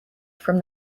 from